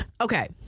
Okay